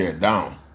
down